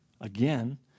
again